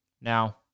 Now